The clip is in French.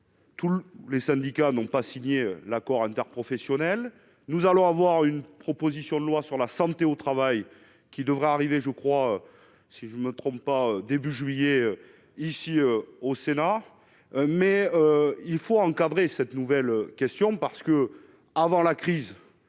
Tous les syndicats n'ont pas signé l'accord interprofessionnel, nous allons avoir une proposition de loi sur la santé au travail qui devrait arriver, je crois, si je me trompe pas, début juillet, ici au Sénat, mais il faut encadrer cette nouvelle question parce que, avant la crise,